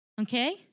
Okay